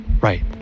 right